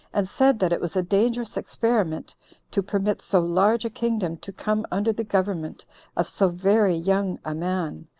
and said that it was a dangerous experiment to permit so large a kingdom to come under the government of so very young a man,